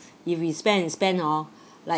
if we spend and spend hor like